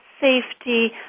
safety